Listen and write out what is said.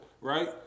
right